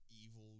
evil